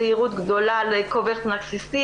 זהירות גדולה --- נרקיסיזם,